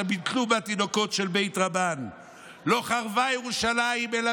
שביטלו בה תינוקות של בית רבן"; "לא חרבה ירושלים אלא